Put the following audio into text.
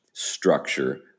structure